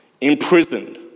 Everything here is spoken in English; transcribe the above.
imprisoned